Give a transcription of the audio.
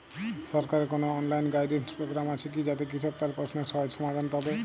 সরকারের কোনো online guidance programme আছে কি যাতে কৃষক তার প্রশ্নের সহজ সমাধান পাবে?